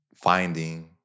Finding